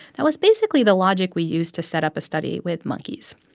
that was basically the logic we used to set up a study with monkeys.